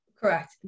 Correct